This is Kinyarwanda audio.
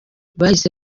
bahise